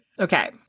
Okay